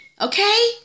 Okay